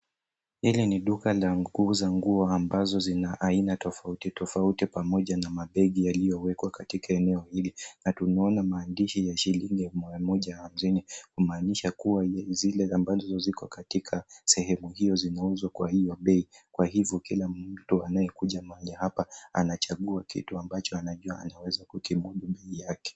Hili ni duka la kuuza nguo ambazo zina aina tofauti tofauti pamoja na mabegi yaliyowekwa katika eneo hili na tunaona maandishi ya shilingi 150 kumaanisha kuwa zile ambazo ziko katika sehemu hizo zinauzwa kwa hiyo bei kwa hivo kila mtu anayekuja mahali hapa anachagua kitu ambacho anaweza kukimudu bei yake.